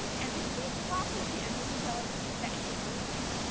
and the key property of this code is that it is linear.